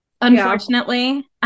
unfortunately